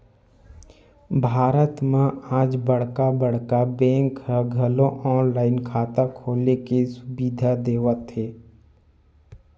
भारत म आज बड़का बड़का बेंक ह घलो ऑनलाईन खाता खोले के सुबिधा देवत हे